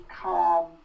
calm